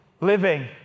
living